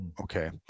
Okay